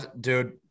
Dude